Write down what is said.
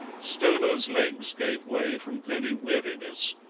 stoner's legs gave way from very weariness,